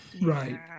right